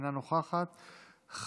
אינה נוכחת,